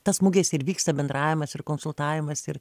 tas mugėse ir vyksta bendravimas ir konsultavimas ir